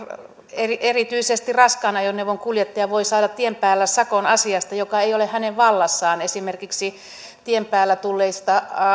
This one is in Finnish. erityisesti raskaan ajoneuvon kuljettaja voi saada tien päällä sakon asiasta joka ei ole hänen vallassaan esimerkiksi tien päällä tulleista